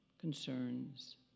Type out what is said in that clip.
concerns